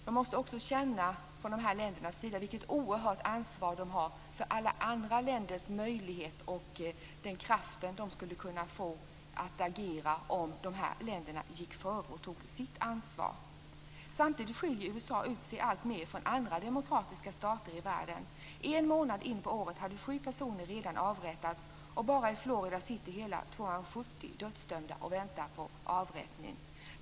Dessa länder måste känna vilket oerhört ansvar de har för alla andra länders möjligheter och den kraft de skulle få att agera om de länderna gick före och tog sitt ansvar. Samtidigt skiljer USA ut sig alltmer från andra demokratiska stater i världen. En månad in på året hade sju personer redan avrättats, och bara i Florida sitter 270 dödsdömda och väntar på avrättning.